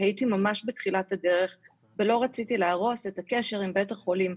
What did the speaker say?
כי הייתי ממש בתחילת הדרך ולא רציתי להרוס את הקשר עם בית החולים,